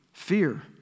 fear